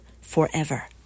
forever